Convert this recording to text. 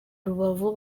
rubavu